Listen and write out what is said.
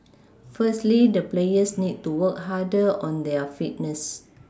firstly the players need to work harder on their Fitness